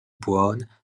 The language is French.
brown